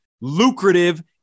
lucrative